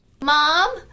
Mom